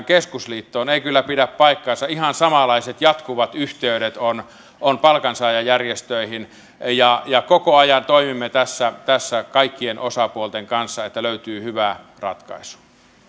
keskusliittoon ei kyllä pidä paikkansa ihan samanlaiset jatkuvat yhteydet on on palkansaajajärjestöihin ja ja koko ajan toimimme tässä tässä kaikkien osapuolten kanssa että löytyy hyvä ratkaisu